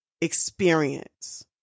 experience